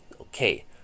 Okay